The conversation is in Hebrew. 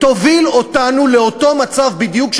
יוביל אותנו לאותו מצב בדיוק,